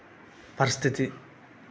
పరిస్థితి